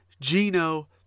Gino